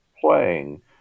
playing